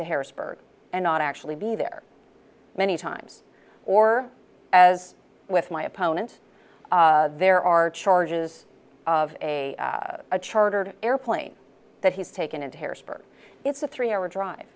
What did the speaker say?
into harrisburg and not actually be there many times or as with my opponent there are charges of a chartered airplane that he's taken into harrisburg it's a three hour drive